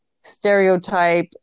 stereotype